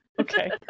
Okay